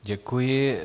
Děkuji.